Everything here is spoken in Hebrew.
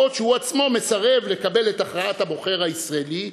בעוד שהוא עצמו מסרב לקבל את הכרעת הבוחר הישראלי,